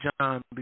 John